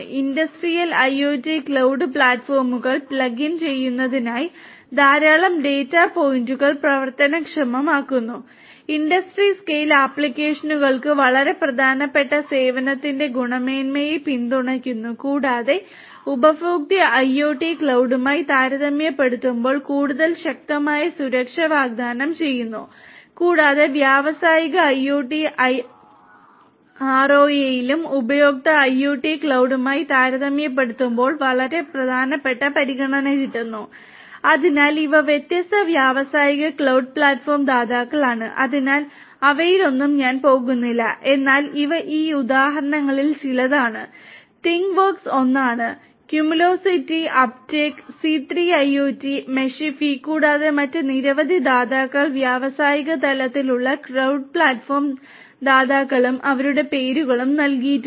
industrial IoT cloud പ്ലാറ്റ്ഫോമുകൾ plug in ചെയ്യുന്നതിനായി ധാരാളം ഡാറ്റ പോയിന്റുകൾ പ്രവർത്തനക്ഷമമാക്കുന്നു ഇൻഡസ്ട്രി സ്കെയിൽ ആപ്ലിക്കേഷനുകൾക്ക് വളരെ പ്രധാനപ്പെട്ട സേവനത്തിന്റെ ഗുണമേന്മയെ പിന്തുണയ്ക്കുന്നു കൂടാതെ ഉപഭോക്തൃ ഐഒടി ക്ലൌഡുമായി താരതമ്യപ്പെടുത്തുമ്പോൾ കൂടുതൽ ശക്തമായ സുരക്ഷ വാഗ്ദാനം ചെയ്യുന്നു കൂടാതെ വ്യാവസായിക ഐഒടി ക്ലൌഡ് ആർഒഐയിലും ഉപഭോക്തൃ IoT ക്ലൌഡുമായി താരതമ്യപ്പെടുത്തുമ്പോൾ വളരെ പ്രധാനപ്പെട്ട പരിഗണന അതിനാൽ ഇവ വ്യത്യസ്ത വ്യാവസായിക ക്ലൌഡ് പ്ലാറ്റ്ഫോം ദാതാക്കളാണ് അതിനാൽ അവയിലൊന്നും ഞാൻ പോകുന്നില്ല എന്നാൽ ഇവ ഈ ഉദാഹരണങ്ങളിൽ ചിലതാണ് തിംഗ്വർക്സ് ഒന്നാണ് ക്യുമുലോസിറ്റി കൂടാതെ മറ്റ് നിരവധി ദാതാക്കൾ വ്യാവസായിക തലത്തിലുള്ള ക്ലൌഡ് പ്ലാറ്റ്ഫോം ദാതാക്കളും അവരുടെ പേരുകളും നൽകിയിട്ടുണ്ട്